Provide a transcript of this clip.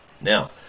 Now